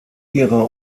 ihrer